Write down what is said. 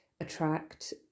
attract